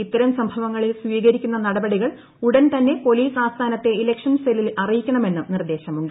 ഇത്തരം സംഭവങ്ങളിൽ സ്വീകരിക്കുന്ന നടപടികൾ ഉടൻ തന്നെ പോലീസ് ആസ്ഥാനത്തെ ഇലക്ഷൻ സെല്ലിൽ അറിയിക്കണമെന്നും നിർദ്ദേശമുണ്ട്